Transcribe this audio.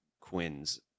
Quinn's